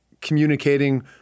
communicating